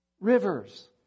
Rivers